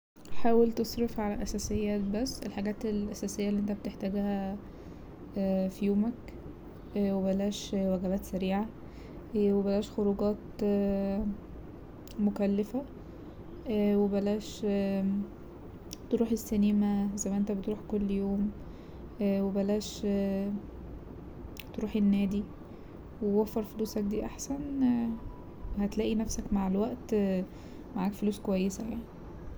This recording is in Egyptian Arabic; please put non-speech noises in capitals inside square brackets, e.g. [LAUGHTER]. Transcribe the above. حاول تصرف على الأساسيات بس الحاجات الأساسية اللي أنت بتحتاجها في يومك وبلاش وجبات سريعة وبلاش خروجات [HESITATION] مكلفة وبلاش [HESITATION] تروح سينما زي ما أنت بتروح كل يوم وبلاش [HESITATION] تروح النادي ووفر فلوسك دي أحسن هتلاقي نفسك مع الوقت [HESITATION] معاك فلوس كويسة يعني.